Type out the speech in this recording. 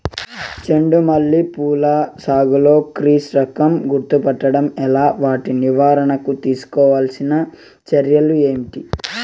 చెండు మల్లి పూల సాగులో క్రాస్ రకం గుర్తుపట్టడం ఎలా? వాటి నివారణకు తీసుకోవాల్సిన చర్యలు ఏంటి?